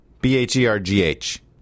B-H-E-R-G-H